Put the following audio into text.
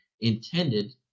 intended